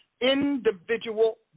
individual